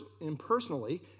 impersonally